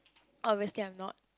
obviously I am not